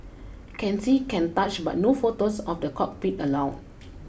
can see can touch but no photos of the cockpit allowed